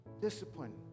discipline